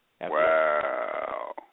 Wow